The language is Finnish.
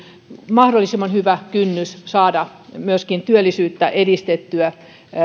mahdollisimman hyvä kynnys saada myöskin työllisyyttä edistettyä